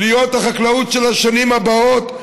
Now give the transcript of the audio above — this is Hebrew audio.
להיות החקלאות של השנים הבאות,